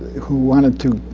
who wanted to